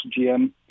GM